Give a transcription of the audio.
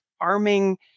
arming